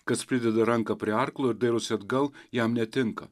kas prideda ranką prie arklo ir dairosi atgal jam netinka